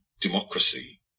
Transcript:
democracy